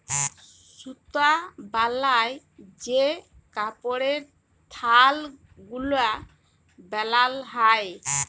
সুতা বালায় যে কাপড়ের থাল গুলা বালাল হ্যয়